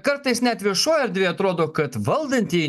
kartais net viešoj erdvėj atrodo kad valdantieji